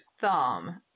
thumb